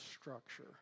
structure